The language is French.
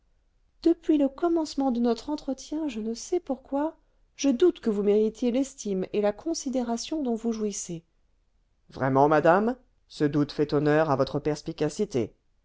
depuis le commencement de notre entretien je ne sais pourquoi je doute que vous méritiez l'estime et la considération dont vous jouissez vraiment madame ce doute fait honneur à votre perspicacité